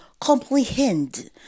comprehend